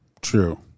True